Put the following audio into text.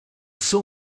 saw